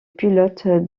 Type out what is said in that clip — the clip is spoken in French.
pilote